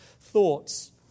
thoughts